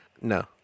No